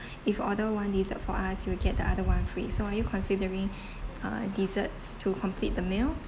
if order one dessert for us you get the other one free so are you considering uh desserts to complete the meal